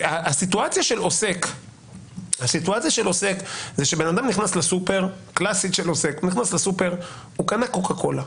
הסיטואציה הקלאסית של עוסק זה שבן אדם נכנס לסופר וקנה קוקה קולה.